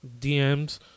DMs